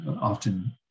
often